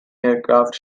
aircraft